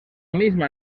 misma